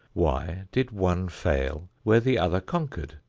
why did one fail where the other conquered?